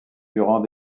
durant